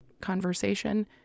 conversation